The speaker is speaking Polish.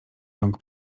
rąk